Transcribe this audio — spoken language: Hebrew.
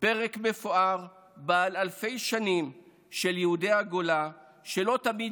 פרק מפואר של אלפי שנים של יהודי הגולה שלא תמיד